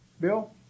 Bill